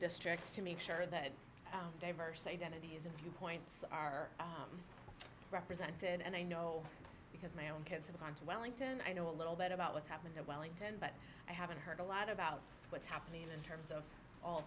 districts to make sure that diverse identities and viewpoints are represented and i know because my own kids have gone to wellington i know a little bit about what's happened to wellington but i haven't heard a lot about what's happening in terms of all